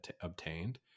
obtained